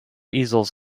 easels